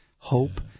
hope